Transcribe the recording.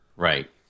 Right